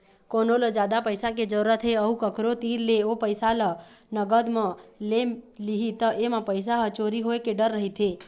कोनो ल जादा पइसा के जरूरत हे अउ कखरो तीर ले ओ पइसा ल नगद म ले लिही त एमा पइसा ह चोरी होए के डर रहिथे